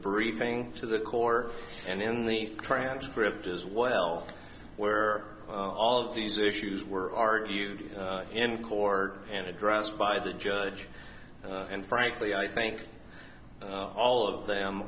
briefing to the core and in the transcript is well where all of these issues were argued in court and addressed by the judge and frankly i think all of them